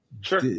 sure